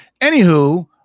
anywho